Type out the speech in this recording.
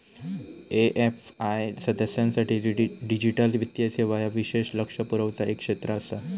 AFI सदस्यांसाठी digital वित्तीय सेवा ह्या विशेष लक्ष पुरवचा एक क्षेत्र आसा